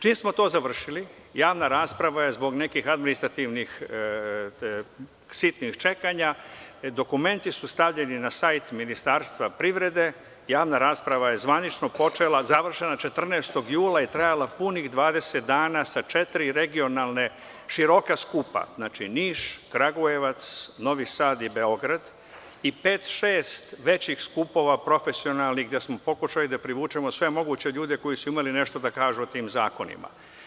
Čim smo to završili javna rasprava je zbog nekih administrativnih sitnih čekanja, dokumenti su stavljeni na sajt Ministarstva privrede, javna rasprava je zvanično završena 14. jula, trajala je punih 20 dana sa četiri regionalna široka skupa, Niš, Kragujevac, Novi Sad i Beograd, i pet-šest većih skupova profesionalnih gde smo pokušali da privučemo sve moguće ljude koji su imali nešto da kažu o tim zakonima.